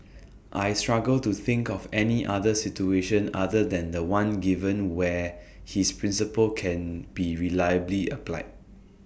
I struggle to think of any other situation other than The One given where his principle can be reliably applied